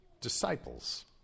disciples